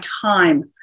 time